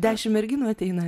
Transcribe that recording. dešim merginų ateina